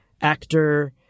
actor